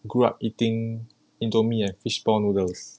growing up eating indomie and fishball noodles